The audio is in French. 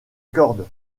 corde